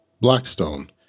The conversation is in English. Blackstone